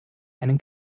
einen